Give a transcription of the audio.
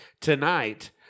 tonight